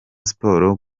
sports